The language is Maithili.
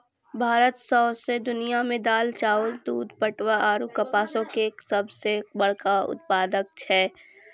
भारत सौंसे दुनिया मे दाल, चाउर, दूध, पटवा आरु कपासो के सभ से बड़का उत्पादक छै